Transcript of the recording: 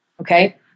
okay